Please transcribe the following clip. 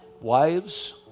Wives